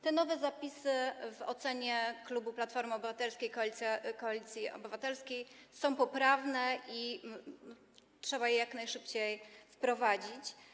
Te nowe zapisy w ocenie klubu Platformy Obywatelskiej - Koalicji Obywatelskiej są poprawne i trzeba je jak najszybciej wprowadzić.